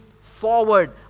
forward